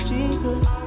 Jesus